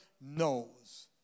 knows